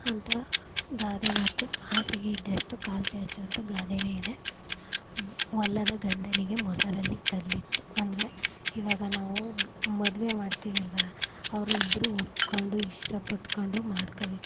ಅಂಥ ಗಾದೆ ಮಾತು ಹಾಸಿಗೆ ಇದ್ದಷ್ಟು ಕಾಲು ಚಾಚು ಅಂತ ಗಾದೆನೇ ಇದೆ ಒಲ್ಲದ ಗಂಡನಿಗೆ ಮೊಸರಲ್ಲಿ ಕಲ್ಲಿತ್ತು ಅಂದರೆ ಇವಾಗ ನಾವು ಮದುವೆ ಮಾಡ್ತೀವಿ ಅಲ್ವ ಅವರು ಇಬ್ಬರೂ ಒಪ್ಪಿಕೊಂಡು ಇಷ್ಟ ಪಟ್ಟುಕೊಂಡು ಮಾಡ್ಕೋಬೇಕು